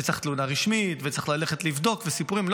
שצריך תלונה רשמית וצריך ללכת לבדוק וסיפורים.